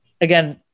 again